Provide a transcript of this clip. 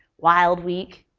wild week,